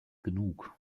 genug